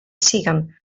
siguen